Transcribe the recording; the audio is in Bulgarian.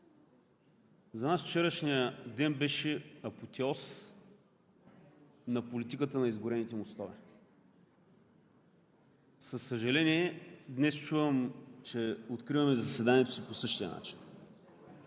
За нас вчерашният ден беше апотеоз на политиката на изгорените мостове, със съжаление днес чувам, че откриваме заседанието си по същия начин.